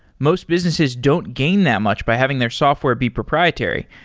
most businesses don't gain that much by having their software be proprietary.